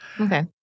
Okay